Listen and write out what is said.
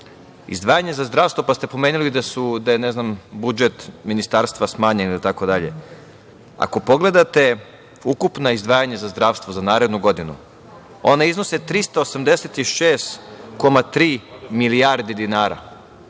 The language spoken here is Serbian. izdvajanjima za zdravstvo, pa ste pomenuli da je budžet ministarstva smanjen itd. Ako pogledate ukupna izdvajanja za zdravstvo za narednu godinu ona iznose 386,3 milijardi dinara.